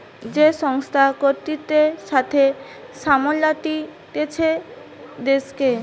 যে সংস্থা কর্তৃত্বের সাথে সামলাতিছে দেশকে